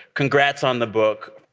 congrats on the book.